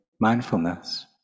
mindfulness